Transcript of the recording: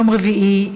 יום רביעי,